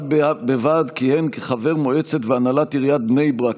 בד בבד כיהן כחבר מועצת והנהלת עיריית בני ברק